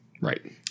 Right